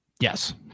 yes